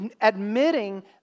admitting